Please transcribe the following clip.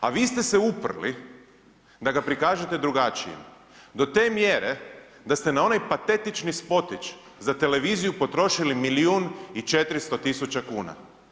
A vi ste se uprli da ga prikažete drugačijim, do te mjere da ste na onaj patetični spotić za televiziju potrošili milijun i 400 tisuća kuna.